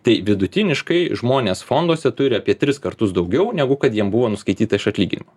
tai vidutiniškai žmonės fonduose turi apie tris kartus daugiau negu kad jiem buvo nuskaityta iš atlyginimo